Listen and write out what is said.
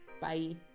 Bye